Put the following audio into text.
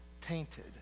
tainted